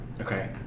Okay